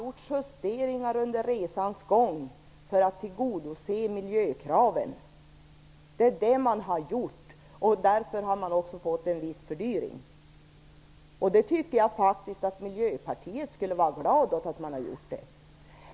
Justeringar har gjorts under resans gång för att miljökraven skall tillgodoses. Det har gjorts, och därför har det också uppstått en viss fördyring. Jag tycker faktiskt att man i Miljöpartiet skall vara glad över detta.